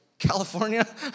California